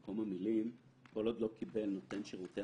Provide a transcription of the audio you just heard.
(ב)המועד שעד אליו ניתן להודיע לנותן שירותי